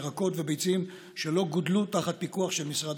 ירקות וביצים שלא גודלו תחת פיקוח של משרד